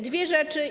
Dwie rzeczy.